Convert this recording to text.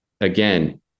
again